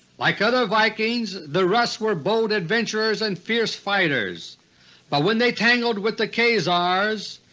like other vikings, the rus were bold adventurers and fierce fighters but when they tangled with the khazars,